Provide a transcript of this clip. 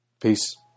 Peace